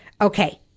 Okay